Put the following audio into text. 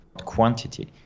quantity